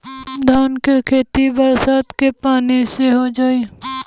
धान के खेती बरसात के पानी से हो जाई?